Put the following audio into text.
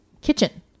kitchen